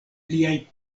liaj